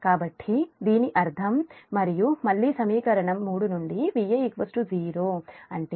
కాబట్టి దీని అర్థం మరియు మళ్ళీ ఈ సమీకరణం నుండి Va 0 అంటే Va1Va2Va0 0